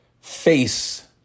face